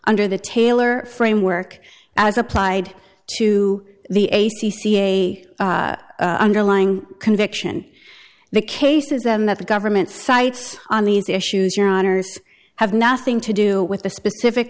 under the taylor framework as applied to the a c c a underlying conviction the case is them that the government sites on these issues your honour's have nothing to do with the specific